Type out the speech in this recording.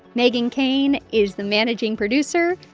meghan keane is the managing producer.